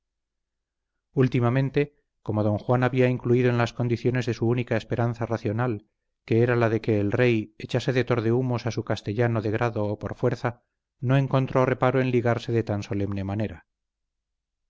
últimamente como don juan había incluido en las condiciones su única esperanza racional que era la de que el res echase de tordehumos a su castellano de grado o por fuerza no encontró reparo en ligarse de tan solemne manera